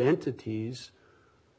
entities